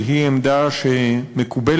שהיא עמדה שמקובלת